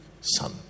son